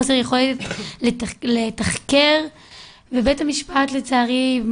חוסר יכולת לתחקר ובית המשפט לצערי,